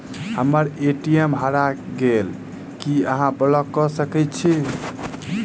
हम्मर ए.टी.एम हरा गेल की अहाँ ब्लॉक कऽ सकैत छी?